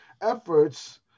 efforts